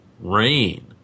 Rain